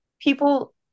people